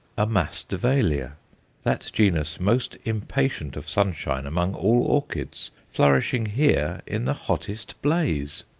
a masdevallia that genus most impatient of sunshine among all orchids, flourishing here in the hottest blaze!